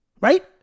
Right